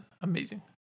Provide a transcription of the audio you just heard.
amazing